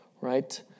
right